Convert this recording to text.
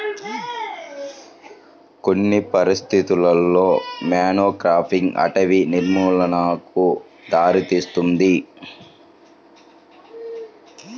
కొన్ని పరిస్థితులలో మోనోక్రాపింగ్ అటవీ నిర్మూలనకు దారితీస్తుంది